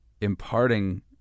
imparting